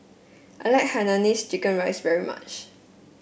I like Hainanese Chicken Rice very much